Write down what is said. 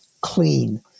clean